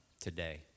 today